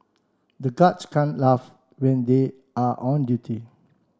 the guards can't laugh when they are on duty